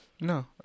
No